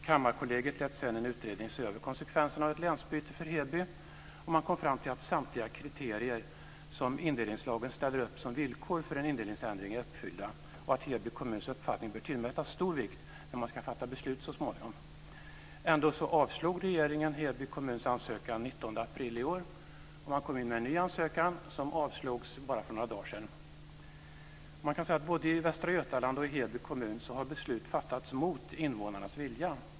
Kammarkollegiet lät sedan en utredning se över konsekvenserna av ett länsbyte för Heby, och man kom fram till att samtliga kriterier som indelningslagen ställer upp som villkor för en indelningsändring är uppfyllda och att Heby kommuns uppfattning bör tillmätas stor vikt när man ska fatta beslut så småningom. Ändå avslog regeringen Heby kommuns ansökan den 19 april i år, och man kom in med en ny ansökan som avslogs bara för några dagar sedan. Man kan säga att både i Västra Götaland och i Heby kommun har beslut fattats mot invånarnas vilja.